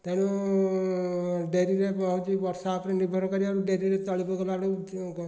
ତେଣୁ ଡେରିରେ ବ ହେଉଛି ବର୍ଷା ଉପରେ ନିର୍ଭର କରିବାରୁ ଡେରିରେ ତଳି ପକେଇଲାବେଳକୁ ଡେରିରେ ଗ